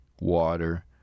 water